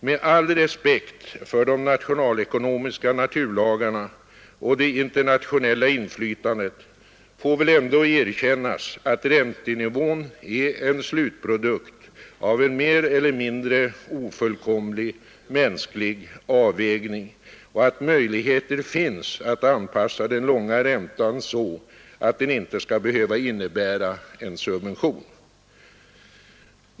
Med all respekt för de nationalekonomiska naturlagarna och det internationella inflytandet får väl ändå erkännas att räntenivån är en slutprodukt av en mer eller mindre ofullkomlig mänsklig avvägning och att möjligheter finns att anpassa den långa räntan så att den inte skall behöva innebära en subvention.